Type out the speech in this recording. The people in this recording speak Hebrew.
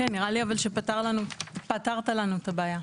כן נראה לי אבל שפתרת לנו את הבעיה.